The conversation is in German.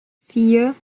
vier